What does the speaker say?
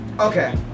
Okay